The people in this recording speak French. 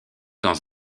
dans